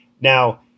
Now